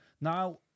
now